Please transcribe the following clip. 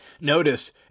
Notice